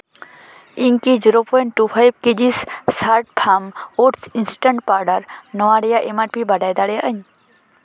ᱤᱧ ᱠᱤ zero point two five kg ᱥᱞᱟᱨᱯᱷ ᱯᱷᱟᱨᱢ ᱳᱥᱴ ᱤᱱᱥᱴᱮᱱᱴ ᱯᱟᱣᱰᱟᱨ ᱱᱚᱣᱟ ᱨᱮᱭᱟᱜ ᱮᱢ ᱟᱨ ᱯᱤ ᱵᱟᱰᱟᱭ ᱫᱟᱲᱮᱭᱟᱜ ᱟᱹᱧ